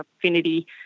affinity